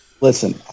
Listen